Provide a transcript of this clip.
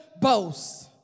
boast